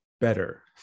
better